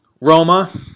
Roma